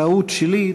זו טעות שלי.